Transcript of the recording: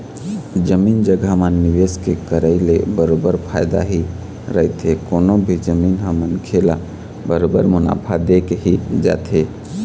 जमीन जघा म निवेश के करई ले बरोबर फायदा ही रहिथे कोनो भी जमीन ह मनखे ल बरोबर मुनाफा देके ही जाथे